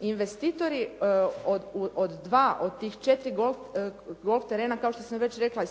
Investitori od dva od tih četiri golf terena kao što sam već rekla i